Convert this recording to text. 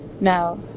now